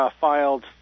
filed